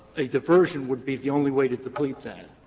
a diversion would be the only way to deplete that.